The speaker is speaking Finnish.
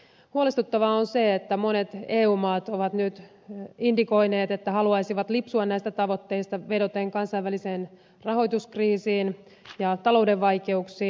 huolestuttavaa on se että monet eu maat ovat nyt indikoineet että haluaisivat lipsua näistä tavoitteista vedoten kansainväliseen rahoituskriisiin ja talouden vaikeuksiin